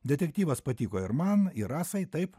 detektyvas patiko ir man ir rasai taip